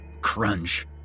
crunch